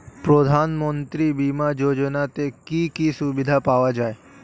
প্রধানমন্ত্রী বিমা যোজনাতে কি কি সুবিধা পাওয়া যায়?